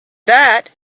that